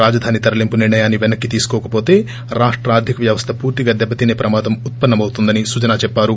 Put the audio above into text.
రాజధాని తరలింపు నిర్ణయాన్ని వెనక్కి తీసుకోకవోతే రాష్ట ఆర్థిక వ్యవస్థ పూర్తిగా దెబ్బతినే ప్రమాదం ఉత్పన్న మవుతుందని సుజనా చెప్పారు